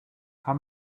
how